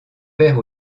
père